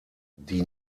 die